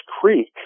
creek